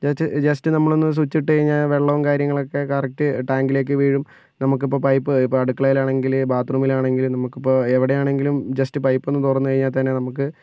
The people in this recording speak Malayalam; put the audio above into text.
ജെറ്റ് ജസ്റ്റ് നമ്മളൊന്ന് സ്വിച്ചിട്ട് കഴിഞ്ഞാൽ വെള്ളവും കാര്യങ്ങളൊക്കെ കറക്റ്റ് ടാങ്കിലേക്ക് വീഴും നമുക്കിപ്പോൾ പൈപ്പ് ഇപ്പോൾ അടുക്കളയിലാണെങ്കിലും ബാത് റൂമിലാണെങ്കിലും നമുക്കിപ്പോൾ എവിടെയാണെങ്കിലും ജസ്റ്റ് പൈപ്പൊന്നു തുറന്ന് കഴിഞ്ഞാൽ തന്നെ നമുക്ക്